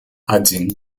один